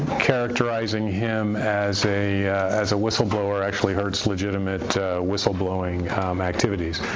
characterizing him as a as a whistleblower actually hurts legitimate whistleblowing activities.